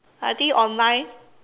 I think online